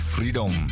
Freedom